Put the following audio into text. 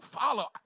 follow